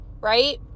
Right